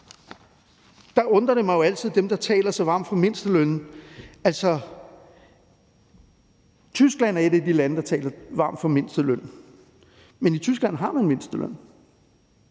undrer mig, at der er nogen, der taler så varmt for mindstelønnen. Tyskland er et af de lande, der taler varmt for mindsteløn, men i Tyskland har man mindsteløn.